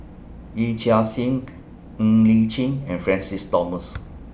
Yee Chia Hsing Ng Li Chin and Francis Thomas